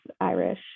Irish